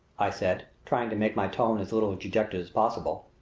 i said, trying to make my tone as little dejected as possible,